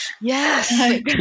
Yes